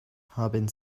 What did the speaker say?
haben